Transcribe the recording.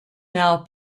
now